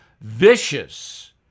vicious